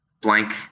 blank